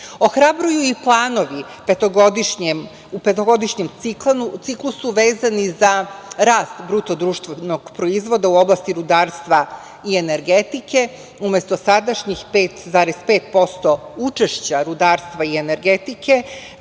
22%.Ohrabruj u planovi u petogodišnjem ciklusu vezani za rast BDP-a, u oblasti rudarstva i energetike. Umesto sadašnjih 5,5% učešća rudarstva i energetike,